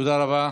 תודה רבה.